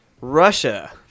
Russia